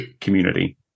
community